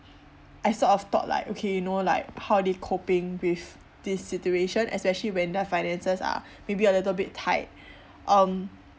I sort of thought like okay you know like how are they coping with this situation especially when their finances are maybe a little bit tight um